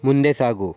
ಮುಂದೆ ಸಾಗು